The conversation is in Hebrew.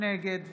נגד